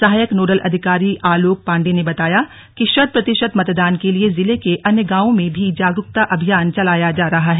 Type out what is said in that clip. सहायक नोडल अधिकारी आलोक पांडेय ने बताया कि शत प्रतिशत मतदान के लिए जिले के अन्य गांवों में भी जागरूकता अभियान चलाया जा रहा है